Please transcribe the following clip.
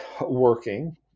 working